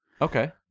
Okay